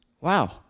wow